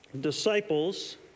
Disciples